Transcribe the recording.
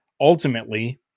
Ultimately